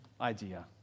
idea